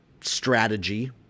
strategy